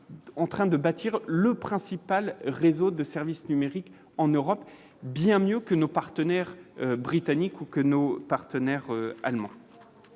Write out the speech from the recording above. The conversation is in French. en train de bâtir le principal réseau de services numériques en Europe bien mieux que nos partenaires britanniques ou Queneau partenaire allemand,